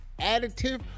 additive